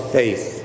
faith